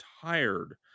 tired